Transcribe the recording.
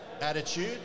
attitude